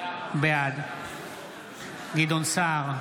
בעד גדעון סער,